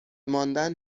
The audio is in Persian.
ماندن